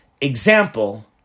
example